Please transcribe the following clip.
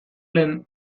lehen